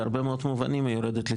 בהרבה מאוד מובנים יורדת לטמיון.